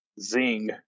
zing